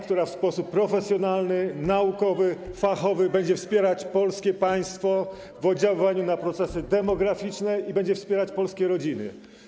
która w sposób profesjonalny, naukowy, fachowy będzie wspierać polskie państwo w oddziaływaniu na procesy demograficzne i będzie wspierać polskie rodziny.